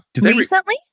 Recently